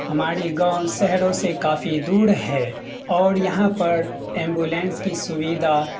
ہمارے گاؤں شہروں سے کافی دور ہے اور یہاں پر ایمبولینس کی سوئدھا